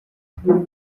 hagati